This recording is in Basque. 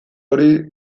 hori